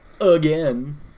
again